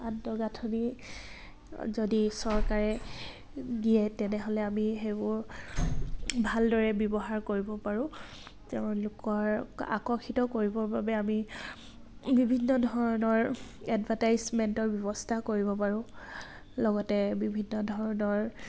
আন্তঃগাঁথনি যদি চৰকাৰে দিয়ে তেনেহ'লে আমি সেইবোৰ ভালদৰে ব্যৱহাৰ কৰিব পাৰোঁ তেওঁলোকক আকৰ্ষিত কৰিবৰ বাবে আমি বিভিন্ন ধৰণৰ এডভাৰটাইজমেণ্টৰ ব্যৱস্থা কৰিব পাৰোঁ লগতে বিভিন্ন ধৰণৰ